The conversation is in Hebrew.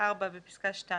בפסקה (2)